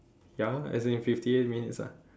ya as in fifty eight minutes ah